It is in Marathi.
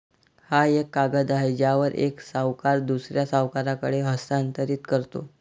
हा एक कागद आहे ज्यावर एक सावकार दुसऱ्या सावकाराकडे हस्तांतरित करतो